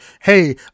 hey